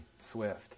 Swift